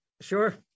Sure